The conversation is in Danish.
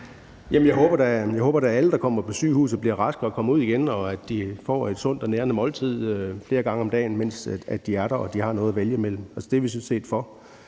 jeg håber da, at alle, der kommer på sygehuset, bliver raske og kommer ud igen, og at de får et sundt og nærende måltid flere gange om dagen, mens de er der, og at de har noget at vælge imellem. Det er vi sådan set for.